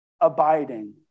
abiding